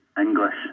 English